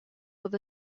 with